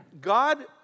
God